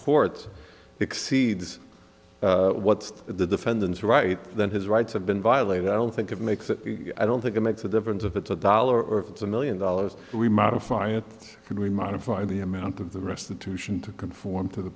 court exceeds what the defendant's right then his rights have been violated i don't think it makes it i don't think it makes a difference if it's a dollar or if it's a million dollars we modify it could we modify the amount of the restitution to conform to the